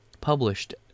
Published